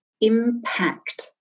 impact